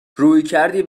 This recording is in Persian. رویکردی